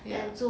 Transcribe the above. ya